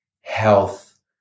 health